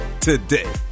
today